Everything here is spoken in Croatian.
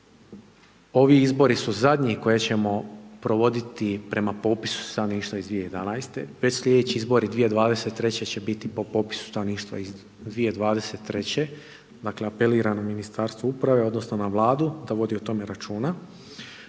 ovi izbori su zadnji koje ćemo provoditi prema popisu stanovništva iz 2011., već su slijedeći izbori 2023. će biti po popisu stanovništva iz 2023., dakle, apeliram na Ministarstvo uprave odnosno na Vladu da vodi o tome računa.